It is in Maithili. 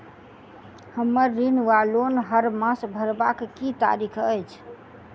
हम्मर ऋण वा लोन हरमास भरवाक की तारीख अछि?